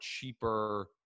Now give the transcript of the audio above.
cheaper